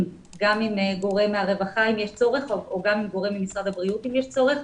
גם עם גורם מהרווחה אם יש צורך או גם עם גורם ממשרד הבריאות אם יש צורך,